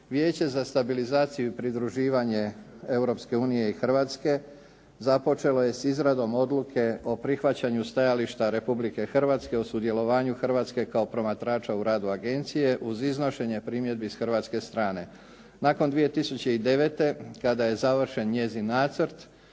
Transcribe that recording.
Vijeće za stabilizaciju i pridruživanje Europske unije i Hrvatske započelo je s izradom odluke o prihvaćanju stajališta Republike Hrvatske o sudjelovanju Hrvatske kao promatrača u radu Agencije, uz iznošenje primjedbi s hrvatske strane. Nakon 2009. kada je završen njezin nacrt